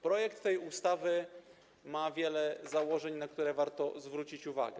Projekt tej ustawy ma wiele założeń, na które warto zwrócić uwagę.